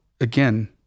again